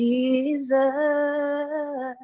Jesus